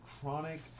chronic